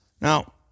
Now